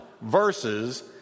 verses